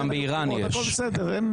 הכול בסדר.